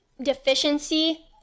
deficiency